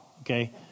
Okay